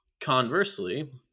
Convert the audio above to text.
Conversely